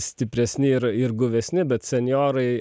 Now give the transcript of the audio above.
stipresni ir ir guvesni bet senjorai